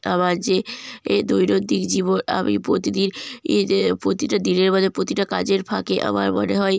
আমার যে এ দৈনন্দিন জীবন আমি প্রতিদিন প্রতিটা দিনের মানে প্রতিটা কাজের ফাঁকে আমার মনে হয়